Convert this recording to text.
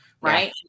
right